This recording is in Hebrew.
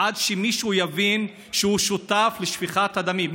עד שמישהו יבין שהוא שותף לשפיכת הדמים,